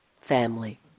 Family